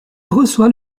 reçoit